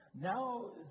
Now